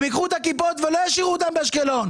הם ייקחו את הכיפות ולא ישאירו אותן באשקלון,